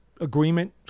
agreement